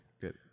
Good